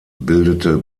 bildete